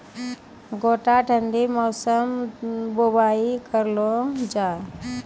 गोटा ठंडी मौसम बुवाई करऽ लो जा?